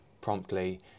promptly